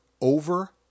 over